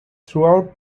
throughout